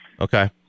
Okay